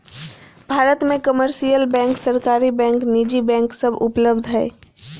भारत मे commercial bank, सरकारी bank, निजी बैंक सब उपलब्ध हय